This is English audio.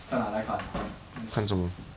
看 lah 来看 just